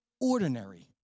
ordinary